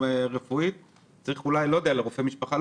אולי רופא משפחה.